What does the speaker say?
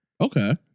Okay